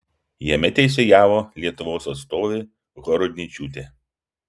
jame teisėjavo lietuvos atstovė horodničiūtė